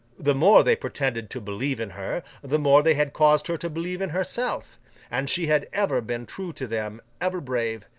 the more they pretended to believe in her, the more they had caused her to believe in herself and she had ever been true to them, ever brave,